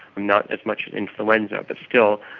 not as much as influenza, but still,